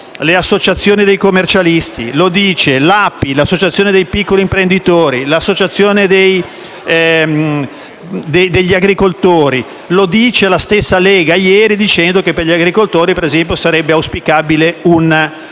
le associazioni dei commercialisti, l'API, l'associazione dei piccoli imprenditori, l'associazione degli agricoltori. Lo ha detto la stessa Lega ieri sostenendo che per gli agricoltori, per esempio, sarebbe auspicabile un nuovo rinvio.